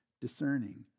discerning